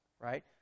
Right